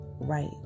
right